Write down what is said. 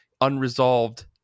unresolved